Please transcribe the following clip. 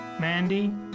Mandy